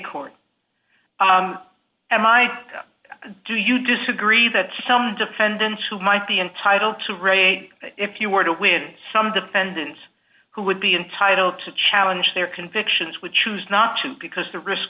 court am i do you disagree that some defendants who might be entitled to rate if you were to win some defendants who would be entitled to challenge their convictions with choose not to because the risk